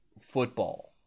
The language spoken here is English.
football